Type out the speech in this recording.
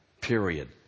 period